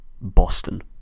Boston